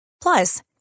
Plus